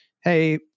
hey